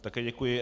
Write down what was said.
Také děkuji.